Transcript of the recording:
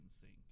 sink